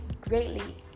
greatly